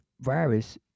virus